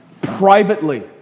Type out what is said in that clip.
privately